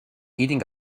eating